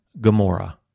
Gomorrah